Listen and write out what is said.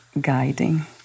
guiding